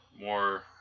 more